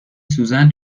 سوزن